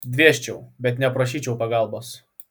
dvėsčiau bet neprašyčiau pagalbos